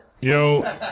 Yo